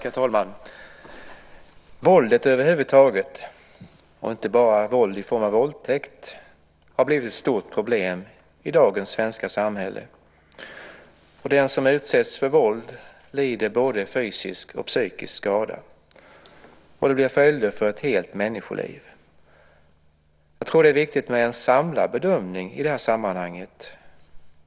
Herr talman! Våld över huvud taget, inte bara i form av våldtäkt, har blivit ett stort problem i dagens svenska samhälle. Den som utsätts för våld lider både fysisk och psykisk skada, och det kan ge följder för ett helt människoliv. Jag tror att det är viktigt med en samlad bedömning i det här sammanhanget.